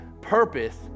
Purpose